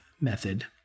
method